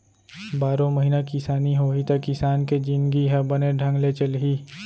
बारो महिना किसानी होही त किसान के जिनगी ह बने ढंग ले चलही